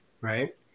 right